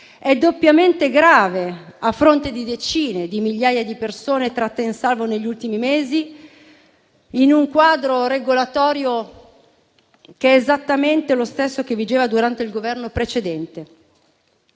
È doppiamente grave, a fronte di decine di migliaia di persone tratte in salvo negli ultimi mesi, in un quadro regolatorio che è esattamente lo stesso che vigeva durante il Governo precedente.